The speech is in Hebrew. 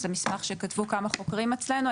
זה מסמך שכתבו כמה חוקרים אצלנו.